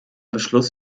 beschluss